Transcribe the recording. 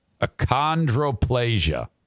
achondroplasia